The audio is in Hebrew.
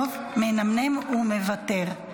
טוב, מנמנם ומוותר.